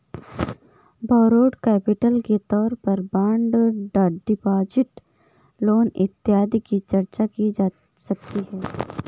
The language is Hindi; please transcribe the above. बौरोड कैपिटल के तौर पर बॉन्ड डिपॉजिट लोन इत्यादि की चर्चा की जा सकती है